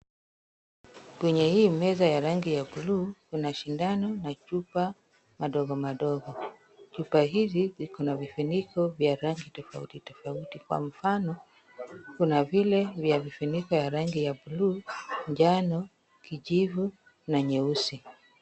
Kwenye hii meza ya rangi ya buluu, kuna shindano na chupa ndogo ndogo, chupa hizi ziko na vifuniko vya rangi tofauti tofauti kwa mfano; kuna vile vya vifuniko vya rangi ya buluu, njano, kijivu na nyeusi.